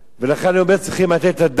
לכן אני אומר, צריכים לתת את הדעת